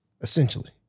essentially